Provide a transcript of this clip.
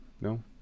No